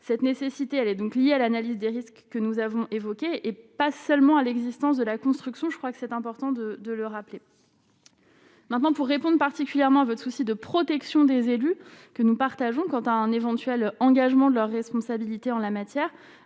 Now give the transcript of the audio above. cette nécessité, elle est donc lié à l'analyse des risques que nous avons évoqués et pas seulement à l'existence de la construction, je crois que c'est important de de le rappeler. Maintenant pour répondent particulièrement votre souci de protection des élus que nous partageons quant à un éventuel engagement de leur responsabilité en la matière,